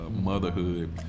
motherhood